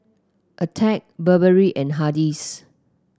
Attack Burberry and Hardy's